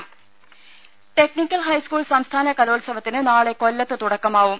ദുദ technical high school സംസ്ഥാന കലോത്സവത്തിന് നാളെ കൊല്ലത്ത് തുടക്കമാകും